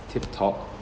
tiptop